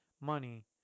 money